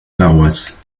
paroisse